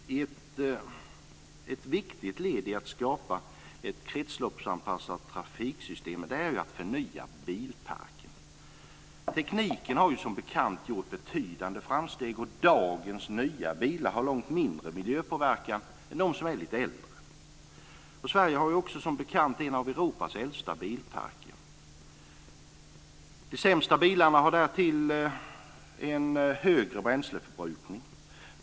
Ett viktigt led i att skapa ett kretsloppsanpassat trafiksystem är att förnya bilparken. Tekniken har som bekant gjort betydande framsteg. Dagens nya bilar har långt mindre miljöpåverkan än de som är lite äldre. Sverige har också som bekant en av Europas äldsta bilparker. De sämsta bilarna har därtill en högre bränsleförbrukning.